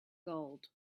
gold